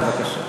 בבקשה.